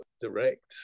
direct